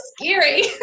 scary